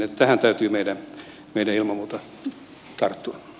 tähän täytyy meidän ilman muuta tarttua